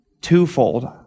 twofold